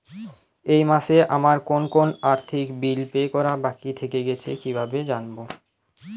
এই মাসে আমার কোন কোন আর্থিক বিল পে করা বাকী থেকে গেছে কীভাবে জানব?